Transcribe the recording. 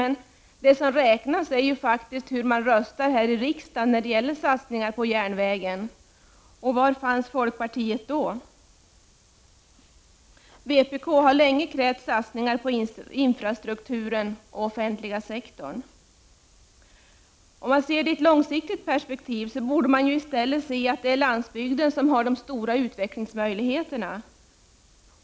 Men det som räknas är ju faktiskt hur vi röstar här i riksdagen när det gäller satsningar på järnvägen. Var fanns folkpartiet då? Vi i vpk har länge krävt satsningar på infrastrukturen och på den offentliga sektorn. På lång sikt är det ju landsbygden som har de stora utvecklingsmöjligheterna.